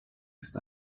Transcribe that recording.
ist